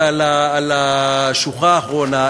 ועל השוחה האחרונה.